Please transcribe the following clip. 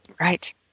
Right